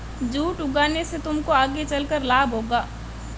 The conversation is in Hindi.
जूट उगाने से तुमको आगे चलकर लाभ होगा